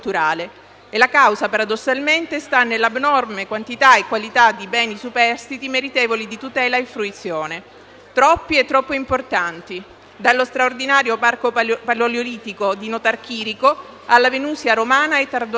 e la causa, paradossalmente, sta nell'abnorme quantità e qualità di beni superstiti meritevoli di tutela e fruizione. Troppi e troppo importanti: dallo straordinario parco paleolitico di Notarchirico alla Venusia romana e tardoantica,